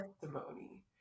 testimony